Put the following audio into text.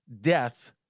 death